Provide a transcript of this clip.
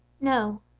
No